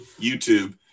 YouTube